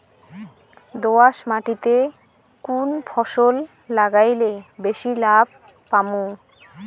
দোয়াস মাটিতে কুন ফসল লাগাইলে বেশি লাভ পামু?